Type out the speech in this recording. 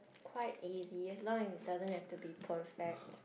quite easy as long as it doesn't have to be perfect